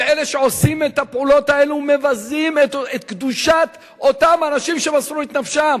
אלה שעושים את הפעולות האלה מבזים את קדושת אותם אנשים שמסרו את נפשם